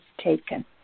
taken